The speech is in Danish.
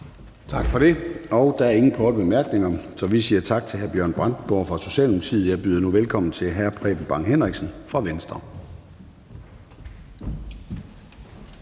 Tak for det. Der er ingen korte bemærkninger, så vi siger tak til hr. Bjørn Brandenborg fra Socialdemokratiet. Jeg byder nu velkommen til hr. Preben Bang Henriksen fra Venstre.